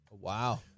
Wow